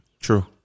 True